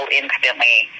instantly